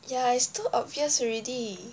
ya is too obvious already